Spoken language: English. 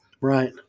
Right